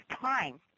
time